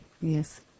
Yes